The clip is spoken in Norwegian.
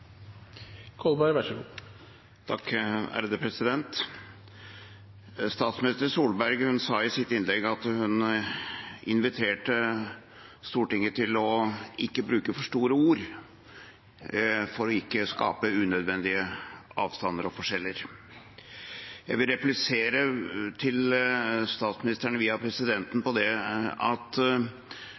ikkje er så farleg. Men dette er inga unnskyldning. Skal dette fortsetja slik, vert det dramatisk for norsk sjølvforsyning framover. Statsminister Solberg inviterte i sitt innlegg Stortinget til ikke å bruke for store ord for ikke å skape unødvendige avstander og forskjeller. Jeg vil replisere til statsministeren, via presidenten, at det